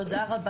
תודה.